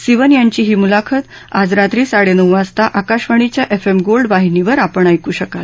सिवन यांची ही मुलाखत आज रात्री साडेनऊ वाजता आकाशवाणीच्या एफ एम गोल्ड वाहिनीवर आपण ऐकू शकाल